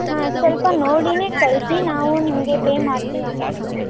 ಹಾಂ ಸ್ವಲ್ಪ ನೋಡಿಯೇ ಕಳಿಸಿ ನಾವು ನಿಮಗೆ ಪೇ ಮಾಡ್ತಿವಿ ಅಮೌಂಟನ್ನ